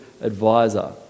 advisor